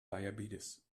diabetes